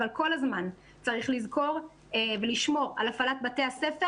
אבל כל הזמן צריך לזכור ולשמור על הפעלת בתי הספר